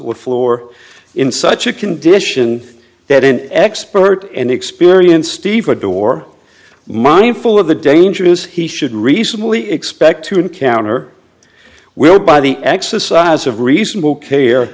would floor in such a condition that an expert an experienced stevedore mindful of the dangers he should reasonably expect to encounter will by the exercise of reasonable care